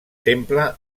temple